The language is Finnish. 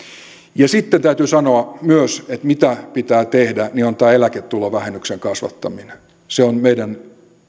sitten täytyy sanoa myös että se mitä pitää tehdä on tämä eläketulovähennyksen kasvattaminen se on meidän